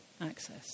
access